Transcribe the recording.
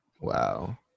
wow